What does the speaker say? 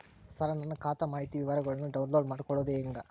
ಸರ ನನ್ನ ಖಾತಾ ಮಾಹಿತಿ ವಿವರಗೊಳ್ನ, ಡೌನ್ಲೋಡ್ ಮಾಡ್ಕೊಳೋದು ಹೆಂಗ?